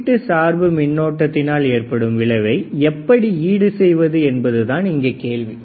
உள்ளீட்டு சார்பு மின்னோட்டத்தினால் ஏற்படும் விளைவை எப்படி ஈடு செய்வது என்பதுதான் இங்கே கேள்வி